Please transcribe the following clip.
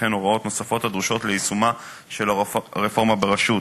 וכן הוראות נוספות הדרושות ליישומה של הרפורמה ברשות.